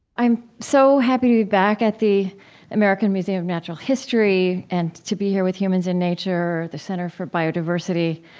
i'm so happy to be back at the american museum of natural history, and to be here with humans in nature, the center for biodiversity.